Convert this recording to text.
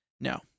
No